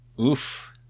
Oof